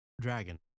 Dragon